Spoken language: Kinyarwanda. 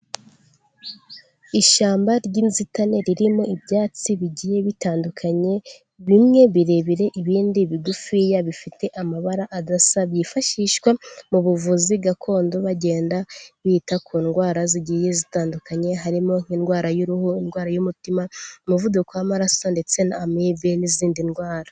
Ishyamba ry'inzitane ririmo ibyatsi bigiye bitandukanye, bimwe birebire, ibindi bigufiya bifite amabara adasa, byifashishwa mu buvuzi gakondo bagenda bita ku ndwara zigiye zitandukanye, harimo nk'indwara y'uruhu, indwara y'umutima, umuvuduko w'amaraso ndetse na amibe n'izindi ndwara.